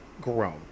grown